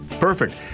Perfect